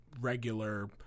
regular